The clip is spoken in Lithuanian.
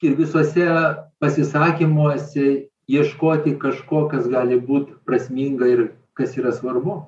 ir visuose pasisakymuose ieškoti kažko kas gali būt prasminga ir kas yra svarbu